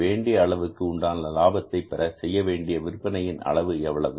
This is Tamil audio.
வேண்டிய அளவுக்கு உண்டான லாபத்தை பெற செய்யவேண்டிய விற்பனை அளவு எவ்வளவு